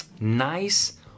nice